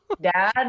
dad